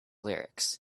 lyrics